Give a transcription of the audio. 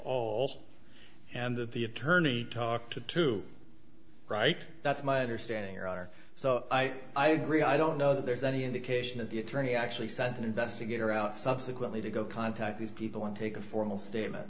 on and that the attorney talked to two right that's my understanding or so i i agree i don't know that there's any indication that the attorney actually sent an investigator out subsequently to go contact these people and take a formal statement